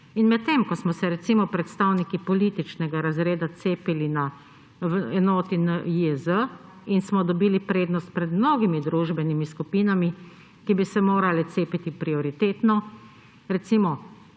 Medtem ko smo se recimo predstavniki političnega razreda cepili na enoti NIJZ in smo dobili prednost pred mnogo družbenimi skupinami, ki bi se morale cepiti prioritetno, recimo